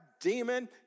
demon